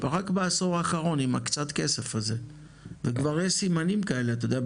רק בעשור האחרון עם הקצת כסף הזה וכבר יש סימנים אתה יודע,